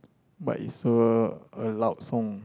but is a a loud song